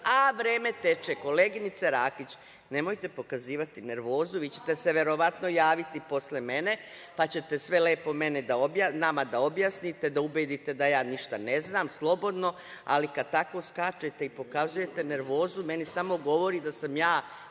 a vreme teče. Koleginice Rakić, nemojte pokazivati nervozu, vi ćete se verovatno javiti posle mene, pa ćete sve lepo nama da objasnite, da ubedite da ja ništa ne znam, slobodno, ali kad tako skačete i pokazujete nervozu, meni samo govori da sam ja